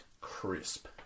Crisp